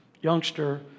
youngster